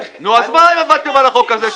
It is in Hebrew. אז מה אם עבדתם על החוק הזה?